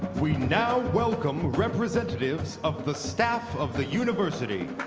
we now welcome representatives of the staff of the university.